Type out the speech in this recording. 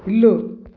ఇల్లు